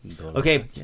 Okay